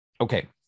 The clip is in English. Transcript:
okay